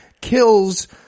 kills